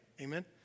Amen